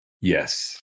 Yes